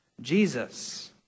Jesus